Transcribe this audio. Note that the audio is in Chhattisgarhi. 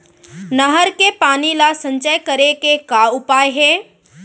नहर के पानी ला संचय करे के का उपाय हे?